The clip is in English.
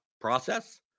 process